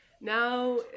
now